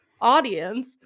audience